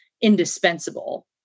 indispensable